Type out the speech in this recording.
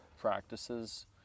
practices